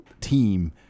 team